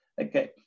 okay